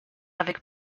avec